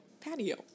patio